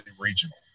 regional